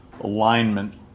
alignment